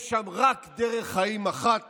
יש שם רק דרך חיים אחת